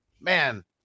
man